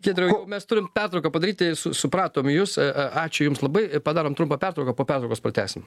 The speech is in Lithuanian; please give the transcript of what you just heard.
giedriau mes turim pertrauką padaryti su supratom jus a a ačiū jums labai i padarom trumpą pertrauką po pertraukos pratęsim